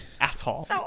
Asshole